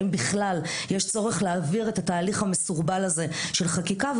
האם בכלל יש צורך להעביר את התהליך המסורבל הזה של חקיקה,